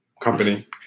company